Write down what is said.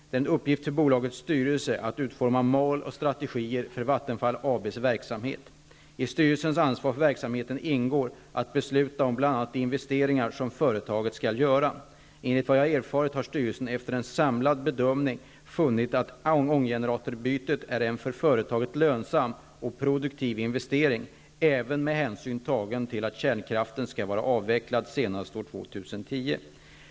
Det är en uppgift för bolagets styrelse att utforma mål och strategier för Vattenfall AB:s verksamhet. I styrelsens ansvar för verksamheten ingår att besluta om bl.a. de investeringar som företaget skall göra. Enligt vad jag har erfarit har styrelsen efter en samlad bedömning funnit att ånggeneratorbytet är en för företaget lönsam och produktiv investering, även med hänsyn tagen till att kärnkraften skall vara avvecklad senast år 2010.